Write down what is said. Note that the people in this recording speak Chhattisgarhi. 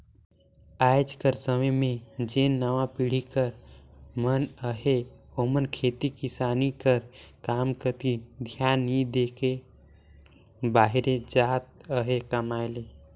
आएज कर समे में जेन नावा पीढ़ी कर मन अहें ओमन खेती किसानी कर काम कती धियान नी दे के बाहिरे जात अहें कमाए ले